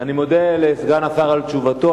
אני מודה לסגן השר על תשובתו.